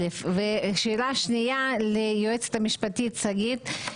שאלה שניה ליועצת המשפטית, שגית,